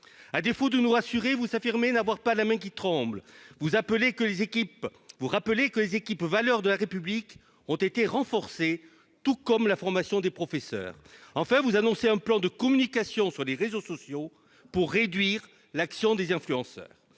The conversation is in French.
à défaut de nous rassurez-vous s'affirmer n'avoir pas la main qui tremble, vous appelez que les équipes vous rappeler que les équipes valeurs de la République ont été renforcés, tout comme la formation des professeurs en fait vous annoncer un plan de communication sur les réseaux sociaux pour réduire l'action des influenceurs